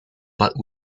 but